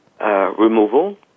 removal